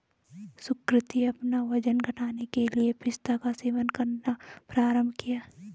सुकृति अपना वजन घटाने के लिए पिस्ता का सेवन करना प्रारंभ किया